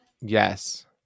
Yes